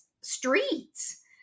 streets